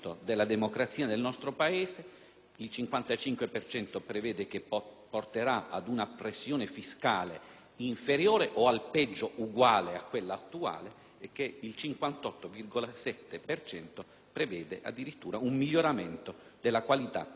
cento prevede che porterà ad una pressione fiscale inferiore o, al peggio, uguale a quella attuale e il 58,7 per cento prevede, addirittura, un miglioramento della qualità dei servizi pubblici erogati.